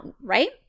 right